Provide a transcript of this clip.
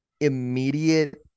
immediate